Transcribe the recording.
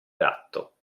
gatto